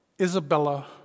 Isabella